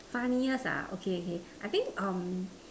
funniest ah okay okay I think um